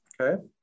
Okay